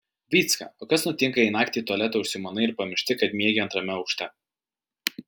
vycka o kas nutinka jei naktį į tualetą užsimanai ir pamiršti kad miegi antrame aukšte